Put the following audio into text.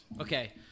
Okay